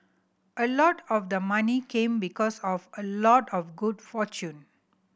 a lot of the money came because of a lot of good fortune